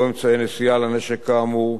או אמצעי נשיאה לנשק כאמור,